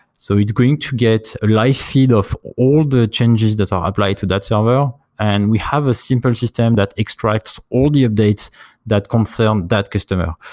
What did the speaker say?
so it's going to get a live feed of all the changes that are applied to that server and we have a simple system that extracts all the updates that confirm that customer.